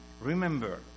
remember